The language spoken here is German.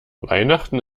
weihnachten